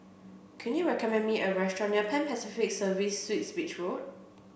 can you recommend me a restaurant near Pan Pacific Service Suites Beach Road